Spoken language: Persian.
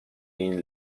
این